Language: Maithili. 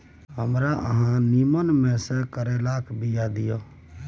हमरा अहाँ नीमन में से करैलाक बीया दिय?